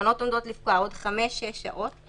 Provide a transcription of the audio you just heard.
והתקנות עומדות לפקוע עוד חמש-שש שעות,